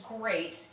great